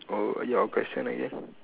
oh your question again